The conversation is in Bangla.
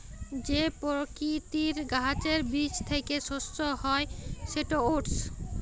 যে পকিতির গাহাচের বীজ থ্যাইকে শস্য হ্যয় সেট ওটস